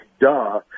duh